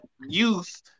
youth